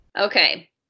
okay